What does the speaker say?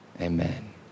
Amen